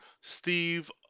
Steve